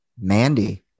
Mandy